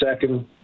second